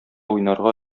уйнарга